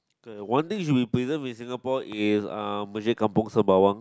err one thing we should preserve in Singapore is uh Kampung Sembawang